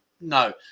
no